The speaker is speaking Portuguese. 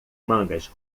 mangas